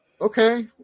Okay